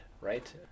right